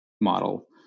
model